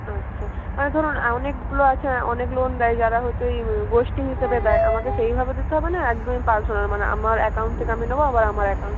আচ্ছা আচ্ছা ধরুন অনেকগুলো আছে অনেক লোন দেয় যারা হচ্ছে ওই গোষ্ঠী হিসেবে দেয় আমাকে সেইভাবে দিতে হবে না একদমই পার্সোনাল মানে আমার অ্যাকাউন্ট থেকে আমি নেবো আবার আমার অ্যাকাউন্ট